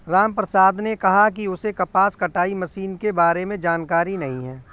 रामप्रसाद ने कहा कि उसे कपास कटाई मशीन के बारे में जानकारी नहीं है